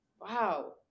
Wow